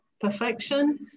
perfection